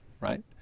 right